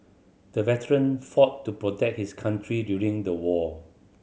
the veteran fought to protect his country during the war